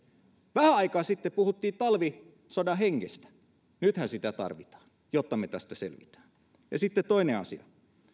vähän aikaa sitten puhuttiin talvisodan hengestä nythän sitä tarvitaan jotta me tästä selviämme sitten toinen asia